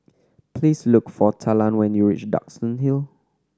please look for Talan when you reach Duxton Hill